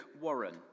Warren